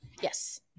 Yes